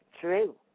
true